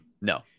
no